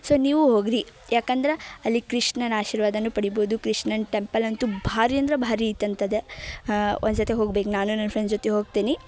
so ನೀವೂ ಹೋಗ್ರೀ ಯಾಕಂದ್ರೆ ಅಲ್ಲಿ ಕೃಷ್ಣನ ಆಶೀರ್ವಾದನೂ ಪಡಿಬೋದು ಕೃಷ್ಣನ ಟೆಂಪಲ್ ಅಂತೂ ಭಾರಿ ಅಂದ್ರೆ ಭಾರಿ ಐತಂತದೆ ಒಂದು ಸರ್ತಿ ಹೋಗ್ಬೇಕು ನಾನೂ ನನ್ನ ಫ್ರೆಂಡ್ಸ್ ಜೊತೆ ಹೋಗ್ತೀನಿ